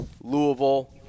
Louisville